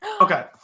Okay